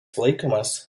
laikomas